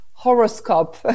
horoscope